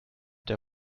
der